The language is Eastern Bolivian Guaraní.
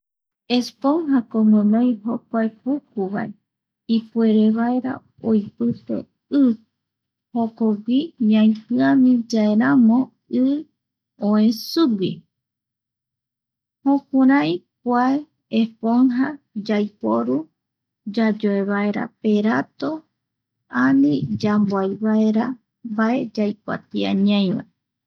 Esponja ko guinoi jokua puku vae ipuere vaera oipite i jokogui, ñaitiami yae ramo i oe sugui, jukurai kua eponja yaiporuyayoevvaera perato ani yamboaivaera mbae yaikuatia ñaivae.